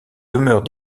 demeures